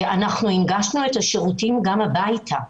הנגשנו את השירותים גם הביתה,